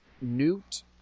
newt